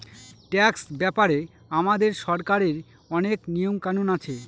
tax ব্যাপারে আমাদের সরকারের অনেক নিয়ম কানুন আছে